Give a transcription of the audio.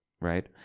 right